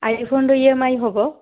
ଆଇଫୋନ୍ର E M I ହେବ